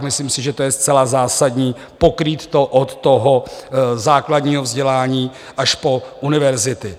Myslím si, že to je zcela zásadní, pokrýt to od toho základního vzdělání až po univerzity.